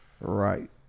Right